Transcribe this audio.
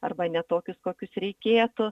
arba ne tokius kokius reikėtų